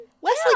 Wesley